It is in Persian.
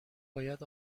باید